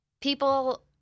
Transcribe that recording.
people